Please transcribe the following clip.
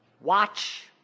Watch